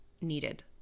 needed